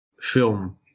film